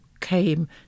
came